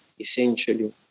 essentially